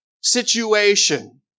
situation